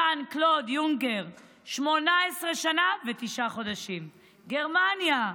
ז'אן קלוד יונקר, 18 שנה ותשעה חודשים, גרמניה,